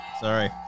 Sorry